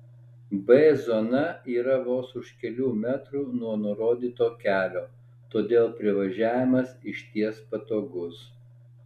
b zona yra vos už kelių metrų nuo nurodyto kelio todėl privažiavimas išties patogus